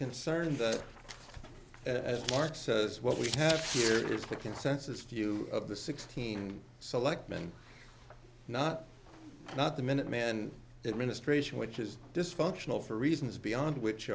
concerned that as mark says what we have here is a consensus view of the sixteen selectman not not the minuteman administration which is dysfunctional for reasons beyond which